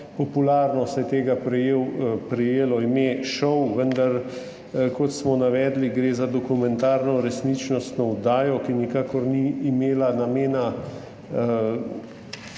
Popularno se je tega prijelo ime šov, vendar, kot smo navedli, gre za dokumentarno resničnostno oddajo, ki nikakor ni imela namena